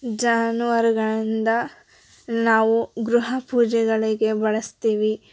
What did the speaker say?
ಜಾನುವಾರುಗಳಿಂದ ನಾವು ಗೃಹ ಪೂಜೆಗಳಿಗೆ ಬಳಸ್ತೀವಿ